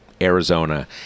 Arizona